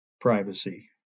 privacy